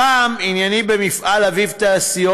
הפעם ענייני במפעל אביב תעשיות,